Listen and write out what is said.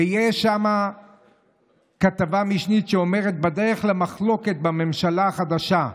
ויש שם כתבה משנית שאומרת: בדרך למחלוקת בממשלה החדשה,